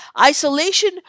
Isolation